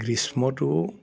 গ্ৰীষ্মটো